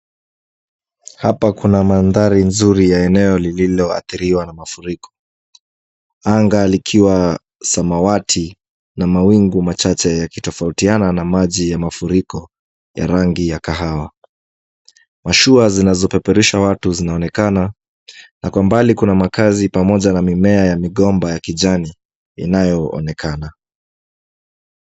Hapa kuna mandhari nzuri ya eneo lililoathiriwa na mafuriko wa samawati na mawingu machache yakitofautiana na maji ya mafuriko ya rangi ya kahawa. Mashua zinazopeperusha watu zinaonekana na kwa mbali kuna makazi pamoja na mimea ya migomba ya kijani inayoonekana.